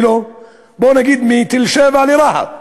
בואו נגיד מתל-שבע לרהט,